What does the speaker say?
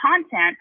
content